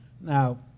Now